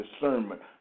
discernment